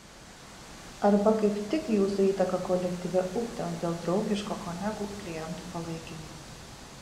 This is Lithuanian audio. arba kaip tik jūsų įtaka kolektyve ūgtels dėl draugiško kolegų klientų palaikymo